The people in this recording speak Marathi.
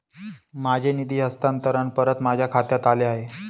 माझे निधी हस्तांतरण परत माझ्या खात्यात आले आहे